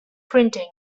printing